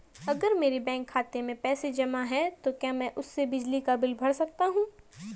अगर मेरे बैंक खाते में पैसे जमा है तो क्या मैं उसे बिजली का बिल भर सकता हूं?